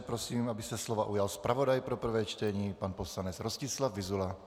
Prosím, aby se slova ujal zpravodaj pro prvé čtení pan poslanec Rostislav Vyzula.